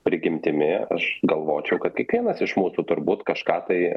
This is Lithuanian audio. prigimtimi aš galvočiau kad kiekvienas iš mūsų turbūt kažką tai